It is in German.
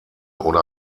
oder